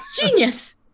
Genius